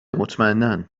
مطمئنا